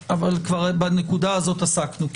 אבל בנקודה הזאת עסקנו.